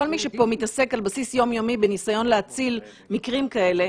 כל מי שפה מתעסק על בסיס יום יומי בניסיון להציל מקרים כאלה.